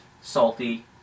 salty